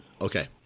Okay